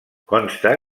consta